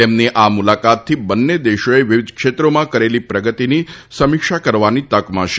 તેમની આ મુલાકાતથી બંને દેશોએ વિવિધ ક્ષેત્રોમાં કરેલી પ્રગતિની સમીક્ષા કરવાની તક મળશે